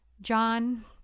John